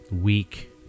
week